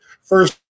first